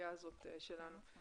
לקריאה הזאת שלנו.